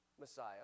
Messiah